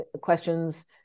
questions